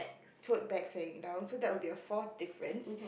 tote bags hanging down so that will be the fourth difference